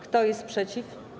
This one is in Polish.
Kto jest przeciw?